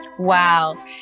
Wow